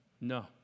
no